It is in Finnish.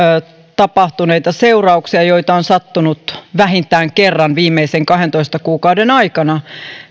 tapahtuneista seurauksista joita on sattunut vähintään kerran viimeisten kahdentoista kuukauden aikana